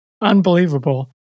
unbelievable